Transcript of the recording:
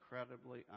incredibly